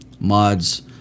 mods